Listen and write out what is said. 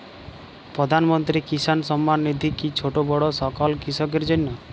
প্রধানমন্ত্রী কিষান সম্মান নিধি কি ছোটো বড়ো সকল কৃষকের জন্য?